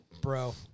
Bro